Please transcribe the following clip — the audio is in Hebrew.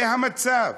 זה המצב,